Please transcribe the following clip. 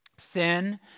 Sin